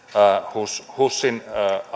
husin husin